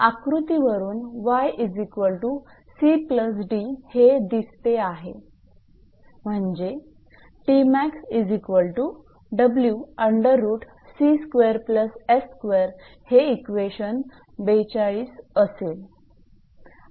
आकृतीवरून 𝑦𝑐𝑑 हे दिसते म्हणजे हे इक्वेशन 42 असेल